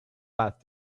past